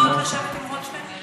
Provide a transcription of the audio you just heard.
הוא לא ניאות לשבת עם רוטשטיין?